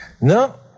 No